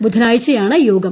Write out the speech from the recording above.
ബുധനാഴ്ചയാണ് യോഗം